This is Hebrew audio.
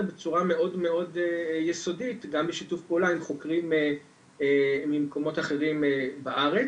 בצורה מאוד יסודית גם בשיתוף פעולה עם חוקרים ממקומות אחרים בארץ.